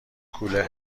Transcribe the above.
کوله